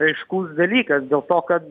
aiškus dalykas dėl to kad